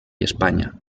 espanya